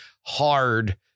hard